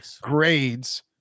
grades